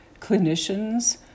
clinicians